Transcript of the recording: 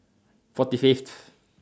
forty Fifth